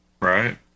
right